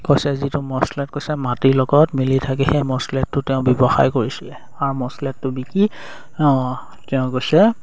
কৈছে যিটো মছলেট কৈছে মাটিৰ লগত মিলি থাকে সেই মচলেটটো তেওঁ ব্যৱসায় কৰিছিলে আৰু মছলেটটো বিকি তেওঁ কৈছে